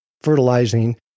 fertilizing